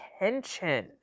attention